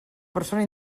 persona